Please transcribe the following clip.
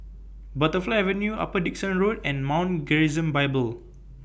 Butterfly Avenue Upper Dickson Road and Mount Gerizim Bible